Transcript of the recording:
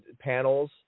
panels